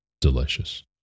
Delicious